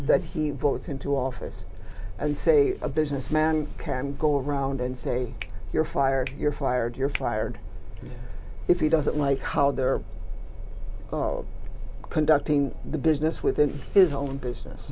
that he votes into office and say a businessman can go around and say you're fired you're fired you're fired if he doesn't like how they're conducting the business within his own business